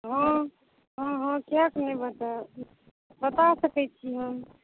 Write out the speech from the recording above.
हॅं हॅं कियाक ने बतायब बता सकै छी हम